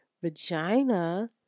vagina